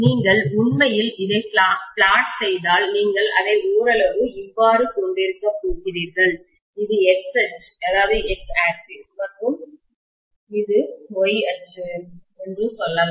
நீங்கள் உண்மையில் இதை பிளாட் செய்தால் நீங்கள் இதை ஓரளவு இவ்வாறு கொண்டிருக்கப் போகிறீர்கள் இது x அச்சுx ஆக்சிஸ் என்றும் மற்றும் இது y அச்சுy ஆக்சிஸ் என்றும் சொல்லலாம்